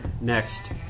next